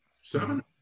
seven